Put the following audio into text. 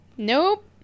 nope